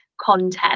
content